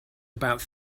about